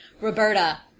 Roberta